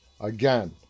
again